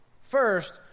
First